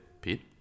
Pete